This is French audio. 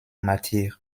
martyr